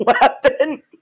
weapon